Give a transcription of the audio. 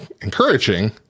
encouraging